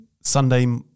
Sunday